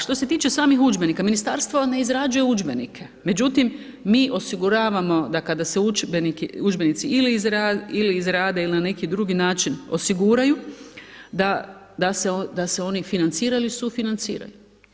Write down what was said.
Što se tiče samih udžbenika Ministarstvo ne izrađuje udžbenike, međutim mi osiguravamo da kada se udžbeniki, udžbenici ili izrade ili na neki drugi način osiguraju da se oni financiraju ili sufinanciraju.